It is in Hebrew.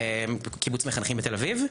קיבוץ מחנכים בתל אביב,